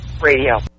radio